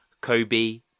Kobe